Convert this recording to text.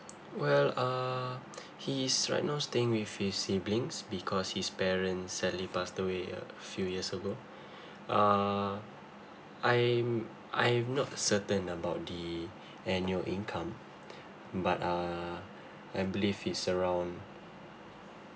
well uh he is right now staying with his siblings because his parents sadly passed away a few years ago uh I'm I'm not certain about the annual income but uh I believe is around